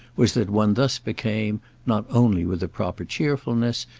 was that one thus became, not only with a proper cheerfulness,